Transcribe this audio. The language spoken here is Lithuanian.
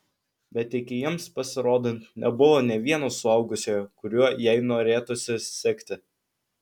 bet iki jiems pasirodant nebuvo nė vieno suaugusiojo kuriuo jai norėtųsi sekti